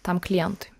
tam klientui